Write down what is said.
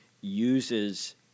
uses